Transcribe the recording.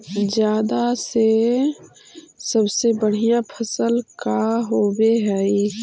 जादा के सबसे बढ़िया फसल का होवे हई?